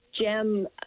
gem